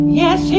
yes